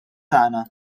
tagħna